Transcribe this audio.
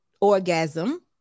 orgasm